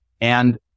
and-